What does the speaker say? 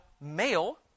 male